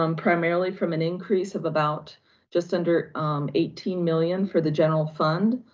um primarily from an increase of about just under eighteen million for the general fund,